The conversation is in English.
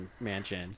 mansion